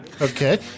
okay